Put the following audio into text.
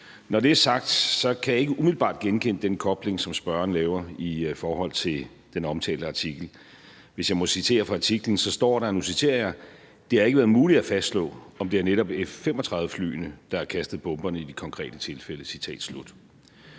Når det er sagt, kan jeg ikke umiddelbart genkende den kobling, som spørgeren laver i forhold til den omtalte artikel. Hvis jeg må citere fra artiklen, står der: »Det har ikke været muligt at fastslå, om det er netop F-35-flyene, der har kastet bomberne i de konkrete tilfælde.«